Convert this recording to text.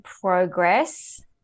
progress